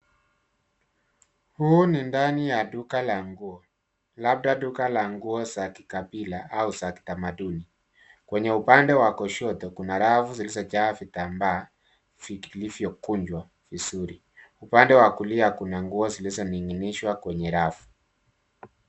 Huu ni ndani ya duka la nguo. Labda duka la nguo za kikabila au za kutamaduni. Kwenye upande wa kushoto kuna rafu zilizojaavitambaa, vilivyo kunjwa vizuri. Upande wa kulia kuna nguo zilizoning'inishwa kwenye rafu.